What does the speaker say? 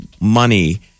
money